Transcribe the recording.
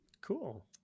Cool